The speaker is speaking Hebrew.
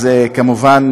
כמובן,